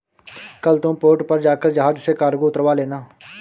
कल तुम पोर्ट पर जाकर जहाज से कार्गो उतरवा लेना